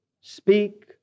speak